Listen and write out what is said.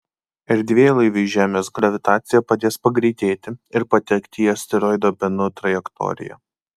erdvėlaiviui žemės gravitacija padės pagreitėti ir patekti į asteroido benu trajektoriją